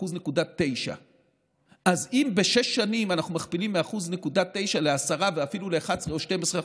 1.9%. אז אם בשש שנים אנחנו מכפילים מ-1.9% ל-10% ואפילו ל-11% או 12%,